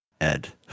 Ed